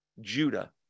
Judah